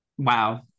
Wow